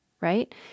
right